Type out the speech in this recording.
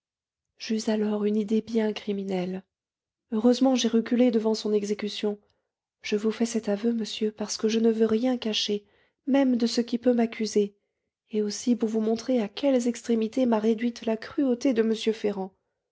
j'eus alors une idée bien criminelle heureusement j'ai reculé devant son exécution je vous fais cet aveu monsieur parce que je ne veux rien cacher même de ce qui peut m'accuser et aussi pour vous montrer à quelles extrémités m'a réduite la cruauté de m ferrand